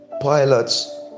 pilots